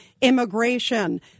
immigration